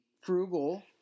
frugal